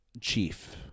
chief